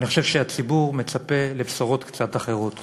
אני חושב שהציבור מצפה לבשורות קצת אחרות.